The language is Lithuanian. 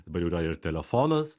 dabar jau yra ir telefonas